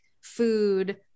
food